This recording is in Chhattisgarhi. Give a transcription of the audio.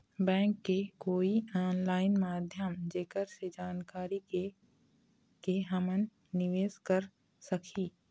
बैंक के कोई ऑनलाइन माध्यम जेकर से जानकारी के के हमन निवेस कर सकही?